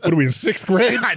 and we in sixth grade?